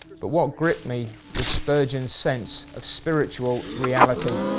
but what gripped me was spurgeon sense of spiritual reality,